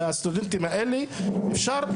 לסטודנטים האלה את הבעיה,